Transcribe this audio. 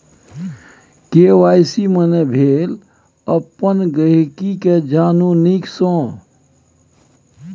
KYC माने भेल अपन गांहिकी केँ जानु नीक सँ